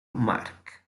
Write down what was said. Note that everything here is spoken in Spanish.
mark